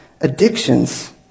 Addictions